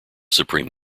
supreme